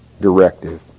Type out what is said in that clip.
directive